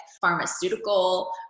pharmaceutical